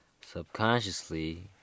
Subconsciously